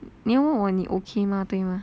你问我你 okay 吗对吗